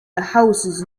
houses